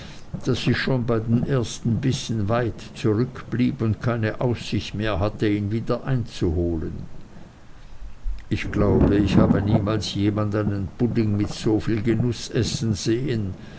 daß ich schon bei den ersten bissen weit zurückblieb und keine aussicht mehr hatte ihn wieder einzuholen ich glaube ich habe niemals jemand einen pudding mit so viel genuß essen sehen